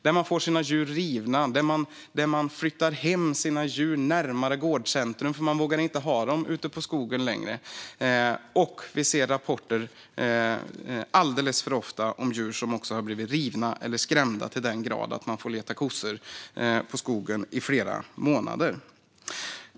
De får sina djur rivna, och de flyttar hem sina djur närmare gårdscentrum därför att de inte vågar ha dem vid skogen längre. Vi ser också alldeles för ofta rapporter om djur som har blivit rivna eller skrämda till den grad att man får leta kossor i skogen i flera månader.